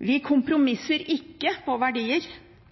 Vi kompromisser ikke på verdier